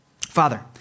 Father